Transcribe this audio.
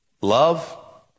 Love